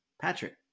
Patrick